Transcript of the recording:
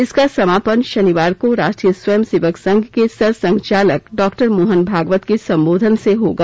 इसका समापन शनिवार को राष्ट्रीय स्वयं सेवक संघ के सर संघचालक डॉक्टर मोहन भागवत के संबोधन से होगा